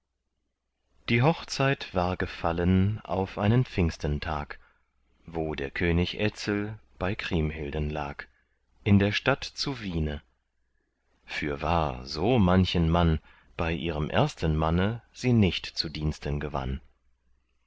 die hochzeit war gefallen auf einen pfingstentag wo der könig etzel bei kriemhilden lag in der stadt zu wiene fürwahr so manchen mann bei ihrem ersten manne sie nicht zu diensten gewann